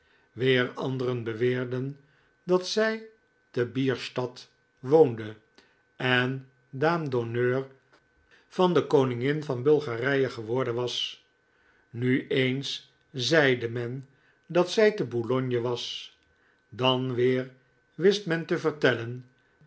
weer anderen beweerden dat zij te bierstadt woonde en dame d'honneur van de koningin van bulgarije geworden was nu eens zeide men dat zij te boulogne was dan weer wist men te vertellen